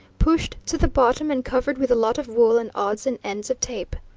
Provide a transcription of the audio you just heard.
pushed to the bottom and covered with a lot of wool and odds and ends of tape.